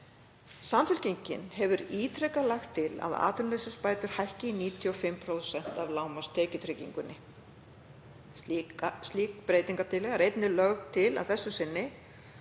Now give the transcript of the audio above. Samfylkingin hefur ítrekað lagt til að atvinnuleysisbætur hækki í 95% af lágmarkstekjutryggingu. Slík breytingartillaga er einnig lögð til að þessu sinni